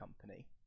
Company